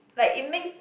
like it makes